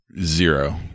Zero